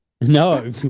No